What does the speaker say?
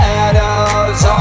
Shadow's